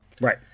Right